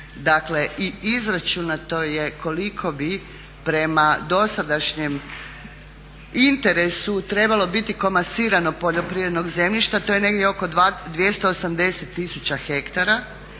i izračunato je koliko bi prema dosadašnjem interesu trebalo biti komasirano poljoprivrednog zemljišta, to je negdje oko 280 tisuća hektara.